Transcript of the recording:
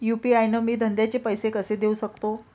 UPI न मी धंद्याचे पैसे कसे देऊ सकतो?